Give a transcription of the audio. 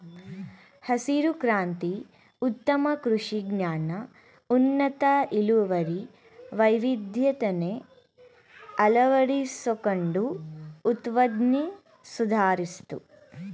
ಹಸಿರು ಕ್ರಾಂತಿ ಉತ್ತಮ ಕೃಷಿ ಜ್ಞಾನ ಉನ್ನತ ಇಳುವರಿ ವೈವಿಧ್ಯತೆನ ಅಳವಡಿಸ್ಕೊಂಡು ಉತ್ಪಾದ್ನೆ ಸುಧಾರಿಸ್ತು